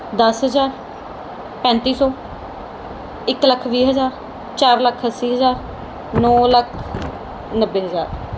ਦਸ ਹਜ਼ਾਰ ਪੈਂਤੀ ਸੌ ਇੱਕ ਲੱਖ ਵੀਹ ਹਜ਼ਾਰ ਚਾਰ ਲੱਖ ਅੱਸੀ ਹਜ਼ਾਰ ਨੌ ਲੱਖ ਨੱਬੇ ਹਜ਼ਾਰ